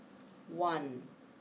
one